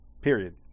period